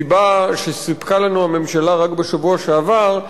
סיבה שסיפקה לנו הממשלה רק בשבוע שעבר,